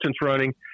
running